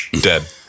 dead